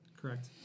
Correct